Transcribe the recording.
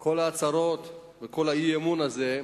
כל ההצהרות וכל האי-אמון הזה,